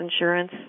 insurance